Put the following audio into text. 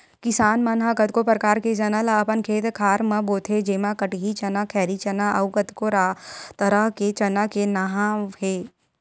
किसान मन ह कतको परकार के चना ल अपन खेत खार म बोथे जेमा कटही चना, खैरी चना अउ कतको तरह के चना के नांव हे